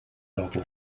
novel